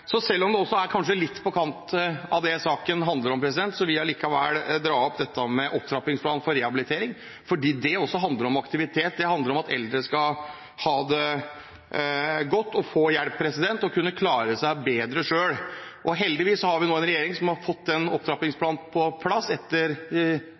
Selv om det kanskje er litt på kanten av det saken handler om, vil jeg likevel dra opp dette med opptrappingsplan for rehabilitering, for det handler også om aktivitet, det handler om at eldre skal ha det godt og få hjelp og kunne klare seg bedre selv. Heldigvis har vi nå en regjering som har fått